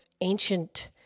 ancient